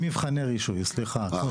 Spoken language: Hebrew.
וכמו